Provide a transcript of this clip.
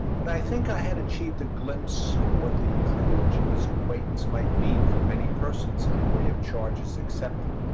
but i think i had achieved a glimpse of what the privilege of his acquaintance might mean for many persons in the way of charges accepted.